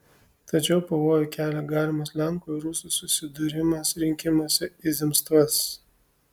tačiau pavojų kelia galimas lenkų ir rusų susidūrimas rinkimuose į zemstvas